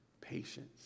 patience